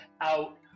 out